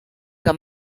que